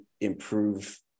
improve